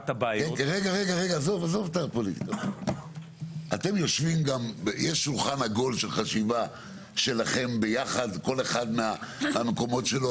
יש שולחן עגול של חשיבה שלכם ביחד כל אחד מהמקומות שלו?